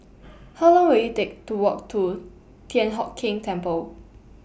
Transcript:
How Long Will IT Take to Walk to Thian Hock Keng Temple